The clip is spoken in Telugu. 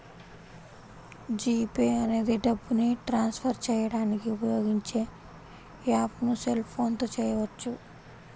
జీ పే అనేది డబ్బుని ట్రాన్స్ ఫర్ చేయడానికి ఉపయోగించే యాప్పు సెల్ ఫోన్ తో చేయవచ్చు